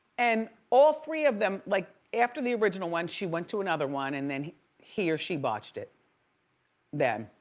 and all three of them, like after the original one she went to another one and then he he or she botched it them,